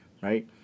right